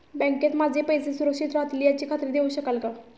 बँकेत माझे पैसे सुरक्षित राहतील याची खात्री देऊ शकाल का?